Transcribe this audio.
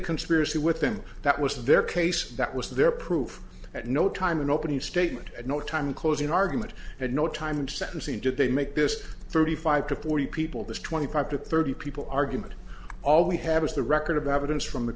conspiracy with them that was their case that was their proof that no time in opening statement and no time closing argument and no time sentencing did they make this thirty five to forty people this twenty five to thirty people argument all we have is the record about evidence from the